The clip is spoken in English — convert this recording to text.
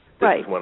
Right